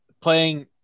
Playing